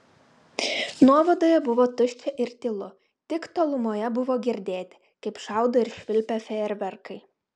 nuovadoje buvo tuščia ir tylu tik tolumoje buvo girdėti kaip šaudo ir švilpia fejerverkai